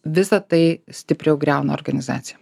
visa tai stipriau griauna organizaciją